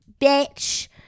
bitch